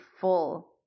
full